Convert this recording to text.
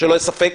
יהיה ספק,